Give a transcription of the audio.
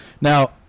Now